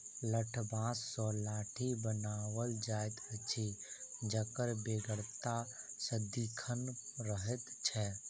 लठबाँस सॅ लाठी बनाओल जाइत अछि जकर बेगरता सदिखन रहैत छै